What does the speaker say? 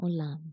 olam